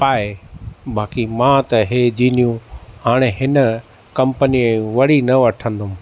पाए ॿाक़ी मां त इहे जीनूं हाणे हिन कंपनीअ वरी न वठंदुमि